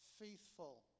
faithful